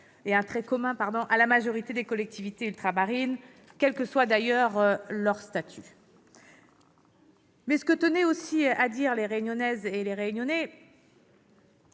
d'un trait commun à la majorité des collectivités ultramarines, quel que soit leur statut. Toutefois, ce que tenaient aussi à dire les Réunionnaises et les Réunionnais,